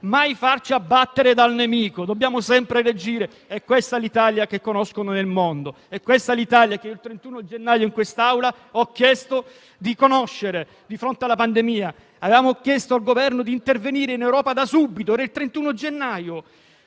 mai farci abbattere dal nemico. Dobbiamo sempre reagire: è questa l'Italia che conoscono nel mondo; è questa l'Italia che il 31 gennaio scorso in quest'Aula ho chiesto di conoscere di fronte alla pandemia. Avevamo chiesto al Governo di intervenire in Europa da subito - era il 31 gennaio